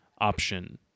option